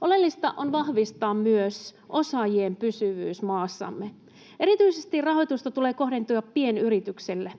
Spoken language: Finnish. Oleellista on vahvistaa myös osaajien pysyvyyttä maassamme. Erityisesti rahoitusta tulee kohdentua pienyrityksille.